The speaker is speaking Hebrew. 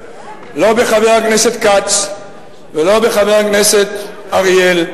לא בחבר הכנסת כץ ולא בחבר הכנסת אריאל.